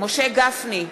משה גפני,